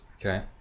Okay